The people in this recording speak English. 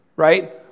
Right